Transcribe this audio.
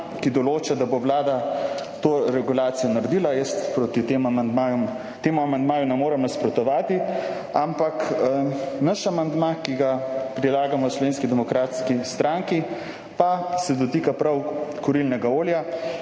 ki določa, da bo Vlada to regulacijo naredila. Jaz temu amandmaju ne morem nasprotovati, ampak naš amandma, ki ga predlagamo v Slovenski demokratski stranki, pa se dotika prav kurilnega olja,